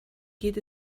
geht